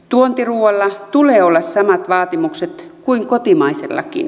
tuontiruoalla tulee olla samat vaatimukset kuin kotimaisellakin